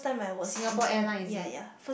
Singapore Airline is it